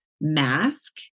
mask